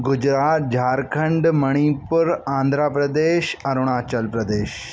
Gujarat Jharkhand Manipur Andhra Pradesh Arunachal Pradesh